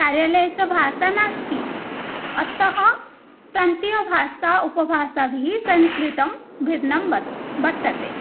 कार्यालयस्य भाषा नास्ति अतः प्रान्तीयभाषा उपभाषाभिः संस्कृतं भिन्नं वर्तते